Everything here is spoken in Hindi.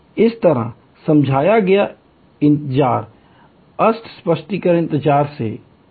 इसी तरह समझाया गया इंतजार अस्पष्टीकृत इंतजार से बेहतर है